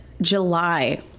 July